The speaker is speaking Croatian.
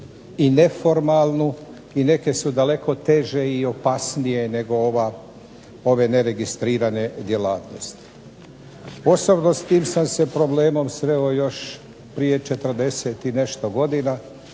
i neformalnu i neke su daleko teže i opasnije nego ove neregistrirane djelatnosti. Osobno s tim sam se problemom sreo još prije 40 i nešto godina